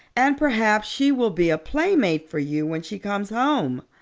and perhaps she will be a playmate for you when she comes home.